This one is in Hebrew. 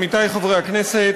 עמיתי חברי הכנסת,